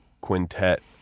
quintet